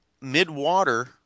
mid-water